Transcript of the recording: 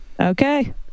Okay